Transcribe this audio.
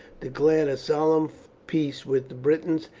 declared a solemn peace with the britons,